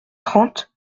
trente